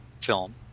film